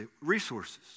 resources